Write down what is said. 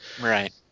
right